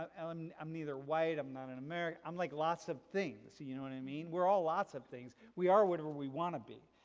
ah um i'm neither white, i'm not an american, i'm like lots of things, you know what i mean? we're all lots of things. we are whatever we want to be.